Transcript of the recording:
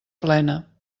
plena